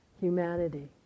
humanity